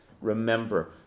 Remember